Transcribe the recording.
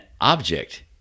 object